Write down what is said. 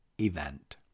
event